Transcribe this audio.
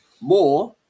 More